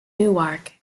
newark